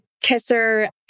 kisser